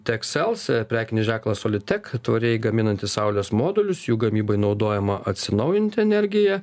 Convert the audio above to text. tek sels prekinį ženklą solitek tvariai gaminanti saulės modulius jų gamybai naudojama atsinaujinanti energija